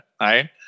right